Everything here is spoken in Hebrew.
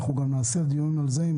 ואנחנו נקיים דיון גם על זה.